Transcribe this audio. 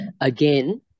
again